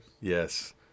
Yes